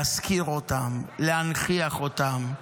להזכיר אותם, להנכיח אותם,